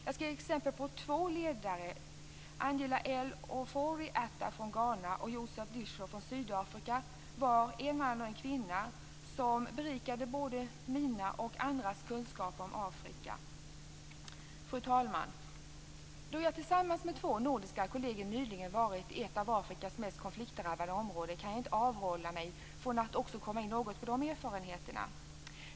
Jag skall ge exempel på två ledare: Angela L Ofori-Atta från Ghana och Josph Diescho från Sydafrika var en man och en kvinna som berikade både mina och andras kunskaper om Afrika. Fru talman! Då jag tillsammans med två nordiska kolleger nyligen varit i ett av Afrikas mest konfliktdrabbade områden kan jag inte avhålla mig från att också komma in något på de erfarenheterna.